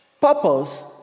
Purpose